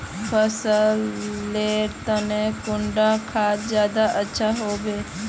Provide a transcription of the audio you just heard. फसल लेर तने कुंडा खाद ज्यादा अच्छा हेवै?